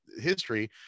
history